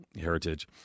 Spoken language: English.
heritage